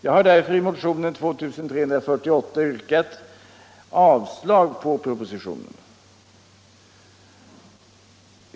Jag har därför i motionen 2348 yrkat avslag på propositionen.